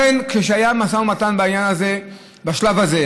היה משא ומתן בעניין הזה בשלב הזה,